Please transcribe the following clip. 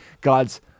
God's